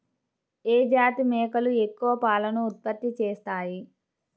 ఏ జాతి మేకలు ఎక్కువ పాలను ఉత్పత్తి చేస్తాయి?